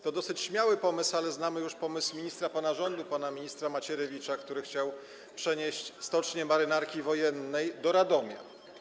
To dosyć śmiały pomysł, ale znamy już pomysł ministra pana rządu, pana ministra Macierewicza, który chciał przenieść stocznię Marynarki Wojennej do Radomia.